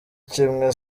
kimwe